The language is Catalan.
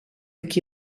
qui